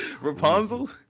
Rapunzel